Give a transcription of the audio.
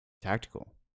Tactical